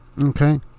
Okay